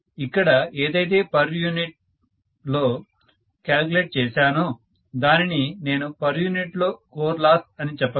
ఇక్కడ ఏదైతే per unit లో క్యాలిక్యులేట్ చేశానో దానిని నేను పర్ యూనిట్ లో కోర్ లాస్ అని చెప్పగలను